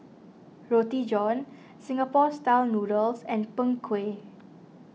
Roti John Singapore Style Noodles and Png Kueh